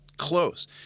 close